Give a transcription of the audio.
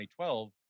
2012